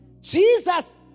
Jesus